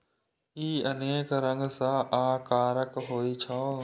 ई अनेक रंग आ आकारक होइ छै